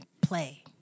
play